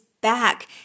back